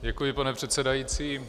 Děkuji, pane předsedající.